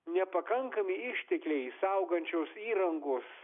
nepakankami ištekliai saugančios įrangos